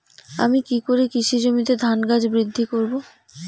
আমি কী করে কৃষি জমিতে ধান গাছ বৃদ্ধি করব?